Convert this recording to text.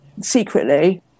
secretly